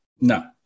No